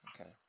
Okay